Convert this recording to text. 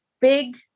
big